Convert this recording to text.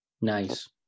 Nice